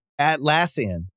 Atlassian